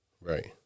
Right